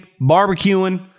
barbecuing